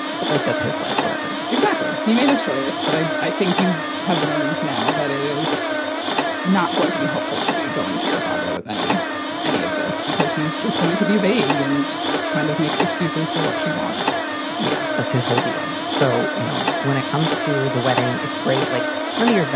but like that's his life. whatever exactly. he made his choice. but i i think you have learned now that it is not going to be helpful to be going to your father with any any of this because he is just going to be vague and kind of make excuses for what she wants yeah. that's his whole deal. so, you know, when it comes to the wedding, it's great. like none of your.